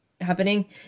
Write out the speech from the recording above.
happening